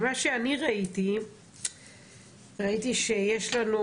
ממה שאני ראיתי שיש לנו,